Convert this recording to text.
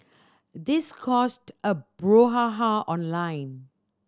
this caused a brouhaha online